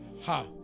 Ha